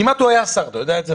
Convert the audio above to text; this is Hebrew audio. כמעט הוא היה שר, אתה יודע את זה?